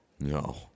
no